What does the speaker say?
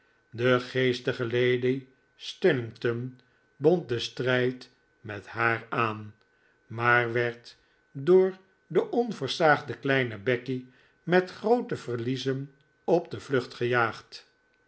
de geestige lady stunnington bond den strijd met haar aan maar werd door de onversaagde kleine becky met groote verliezen op de vlucht gejaagd